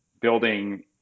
building